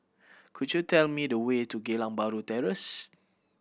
could you tell me the way to Geylang Bahru Terrace